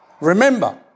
Remember